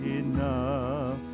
enough